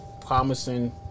promising